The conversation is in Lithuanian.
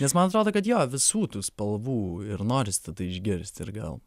nes man atrodo kad jo visų tų spalvų ir noris tada išgirst ir gal